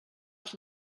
els